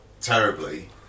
terribly